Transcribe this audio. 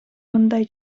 мындай